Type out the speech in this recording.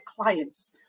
clients